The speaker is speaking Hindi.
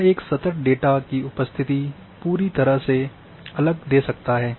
यह एक सतत डेटा की उपस्थिति पूरी तरह से अलग दे सकता है